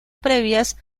previas